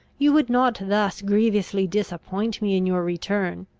you would not thus grievously disappoint me in your return!